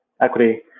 equity